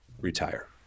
retire